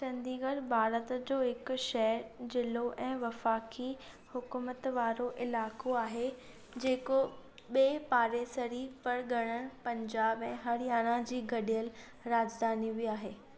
चंडीगढ़ भारत जो हिकु शहरु ज़िलो ऐं वफ़ाक़ी हुकूमतु वारो इलाक़ो आहे जेको ॿ पाड़ेसरी परगि॒णनि पंजाब ऐं हरियाणा जी गडि॒यलु राज॒धानी बि आहे